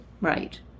Right